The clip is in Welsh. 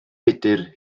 budr